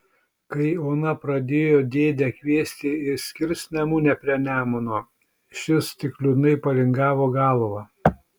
kai ona pradėjo dėdę kviesti į skirsnemunę prie nemuno šis tik liūdnai palingavo galvą